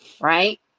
right